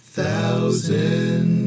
Thousand